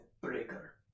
Breaker